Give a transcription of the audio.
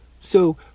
So